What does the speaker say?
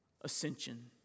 ascension